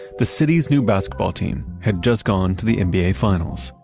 the city's new basketball team had just gone to the nba finals.